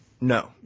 No